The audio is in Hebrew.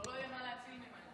כבר לא יהיה מה להציל ממנה.